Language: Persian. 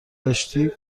داشتی